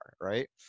right